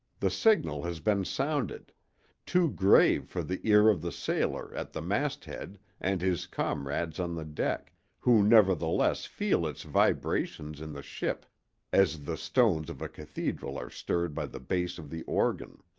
the signal has been sounded too grave for the ear of the sailor at the masthead and his comrades on the deck who nevertheless feel its vibrations in the ship as the stones of a cathedral are stirred by the bass of the organ.